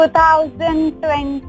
2020